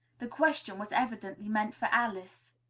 the question was evidently meant for alice.